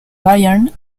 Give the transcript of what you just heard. bayern